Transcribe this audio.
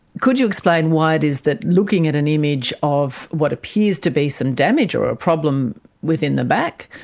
could you explain why it is that looking at an image of what appears to be some damage or a problem within the back,